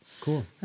Cool